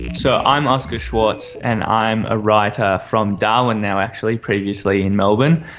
so i'm oscar schwartz and i'm a writer from darwin now actually, previously in melbourne,